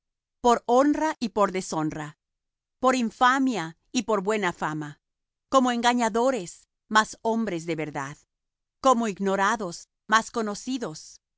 por honra y por deshonra por infamia y por buena fama como engañadores mas hombres de verdad como ignorados mas conocidos como